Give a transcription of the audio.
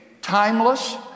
timeless